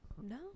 no